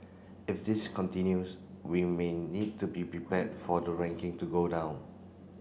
if this continues we may need to be prepared for the ranking to go down